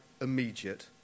immediate